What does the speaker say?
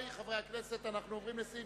אנחנו עוברים לסעיף